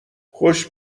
خوش